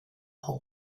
whole